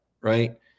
right